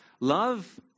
Love